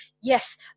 Yes